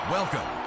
Welcome